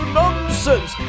nonsense